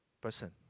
person